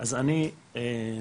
אז אני אמרתי,